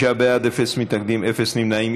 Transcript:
26 בעד, אפס מתנגדים, אפס נמנעים.